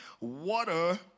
water